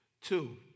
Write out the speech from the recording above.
Two